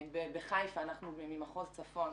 אנחנו ממחוז צפון,